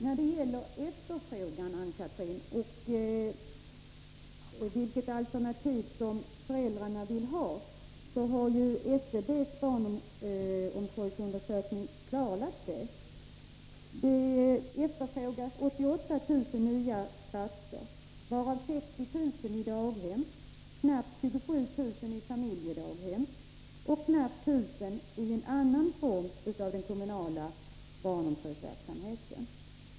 När det gäller efterfrågan på barnomsorg och vilket alternativ som föräldrarna vill ha, har ju SCB:s barnomsorgsundersökning klarlagt detta, Ann-Cathrine Haglund. Det efterfrågas 88 000 nya platser, varav 60 000 i daghem, knappt 27 000 i familjedaghem och knappt 1 000 i annan form av kommunal barnomsorgsverksamhet.